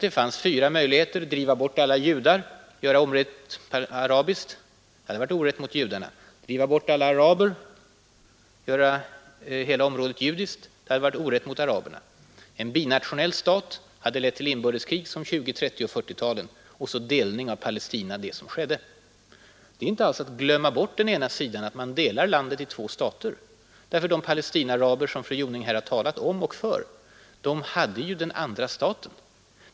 Det fanns fyra möjligheter: att driva bort alla judar och göra området arabiskt — det hade varit orätt mot judarna; att driva bort alla araber och göra hela området judiskt — det hade varit orätt mot araberna; att skapa en binationell stat — det hade lett till inbördeskrig som under 1920-, 1930 och 1940-talen; samt att genomföra en delning av Palestina — det som skedde i FN-beslutet. Att dela landet i två stater är inte alls att ”glömma bort” den ena sidan. De Palestinaaraber som fru Jonäng här har talat om och för hade ju den andra staten.